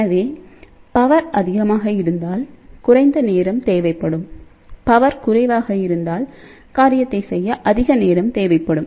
எனவே பவர் அதிகமாக இருந்தால் குறைந்த நேரம் தேவைப்படும் பவர் குறைவாக இருந்தால் காரியத்தைச் செய்ய அதிக நேரம் தேவைப்படும்